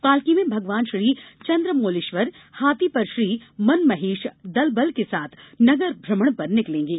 पालकी में भगवान श्री चन्द्रमौलेश्वर हाथी पर श्री मनमहेश दल बल के साथ नगर भ्रमण पर निकलेंगे